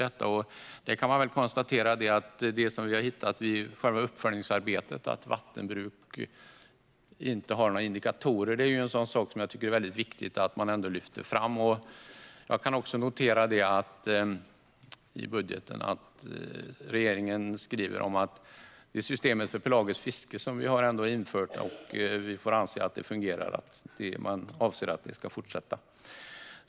Att vattenbruket inte har några indikatorer för själva uppföljningsarbetet är något som jag tycker är väldigt viktigt att lyfta fram. Jag noterar också att regeringen skriver i budgeten att det system för pelagiskt fiske som vi har infört får anses fungera och att man avser att det ska fortsätta.